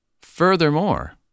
furthermore